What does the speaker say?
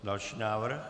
Další návrh.